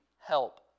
help